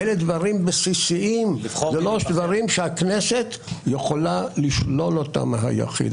אלה דברים בסיסיים ולא דברים שהכנסת יכולה לשלול אותם מהיחיד.